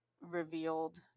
revealed